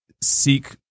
seek